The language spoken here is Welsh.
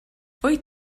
wyt